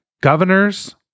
Governors